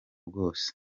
bwose